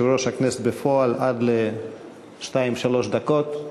יושב-ראש הכנסת בפועל עד לפני שתיים-שלוש דקות.